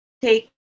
take